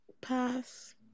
Pass